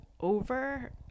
over